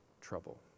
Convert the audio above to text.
trouble